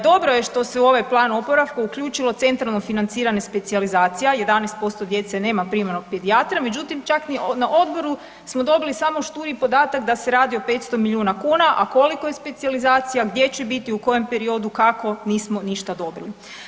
Dobro je što se u ovaj plan oporavka uključilo centralno financirane specijalizacija, 11% djece nema primarnog pedijatra, međutim čak i na odboru smo dobili samo šturi podatak da se radi o 500 milijuna kuna, a koliko je specijalizacija, gdje će biti, u kojem periodu, kako nismo ništa dobili.